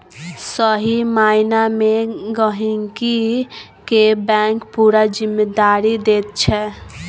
सही माइना मे गहिंकी केँ बैंक पुरा जिम्मेदारी दैत छै